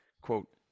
quote